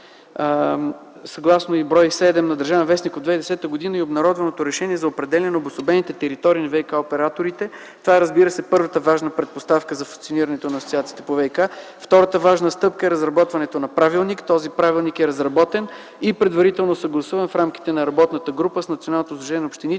Съгласно бр. 7 на „Държавен вестник” от 2010 г. и обнародваното решение за определяне на обособените територии на ВиК-операторите – това, разбира се, е първата важна предпоставка за функционирането на асоциациите по ВиК, втората важна стъпка е разработването на правилник. Той е разработен, предварително съгласуван в рамките на работната група с Националното сдружение на общините